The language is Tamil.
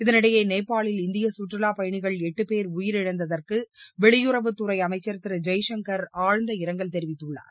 இதனிடையே நேபாளில் இந்திய சுற்றுவாப் பயணிகள் எட்டு பேர் உயிரிழந்ததற்கு வெளியுறவுத்துறை அமைச்சர் திரு ஜெய்சங்கர் ஆழ்ந்த இரங்கல் தெரிவித்துள்ளார்